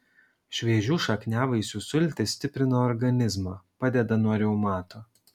šviežių šakniavaisių sultys stiprina organizmą padeda nuo reumato